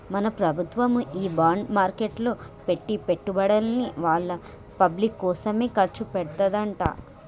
మన ప్రభుత్వము ఈ బాండ్ మార్కెట్లో పెట్టి పెట్టుబడుల్ని వాళ్ళ పబ్లిక్ కోసమే ఖర్చు పెడతదంట